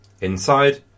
Inside